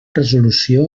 resolució